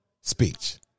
speech